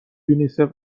یونیسف